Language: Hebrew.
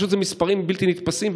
פשוט אלה מספרים בלתי נתפסים,